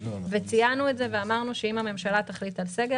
ציינו את זה ואמרנו שאם הממשלה תחליט על סגר